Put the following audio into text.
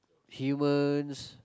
humans